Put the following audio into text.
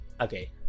okay